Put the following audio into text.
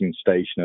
station